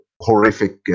horrific